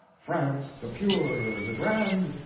france the pure, the grand,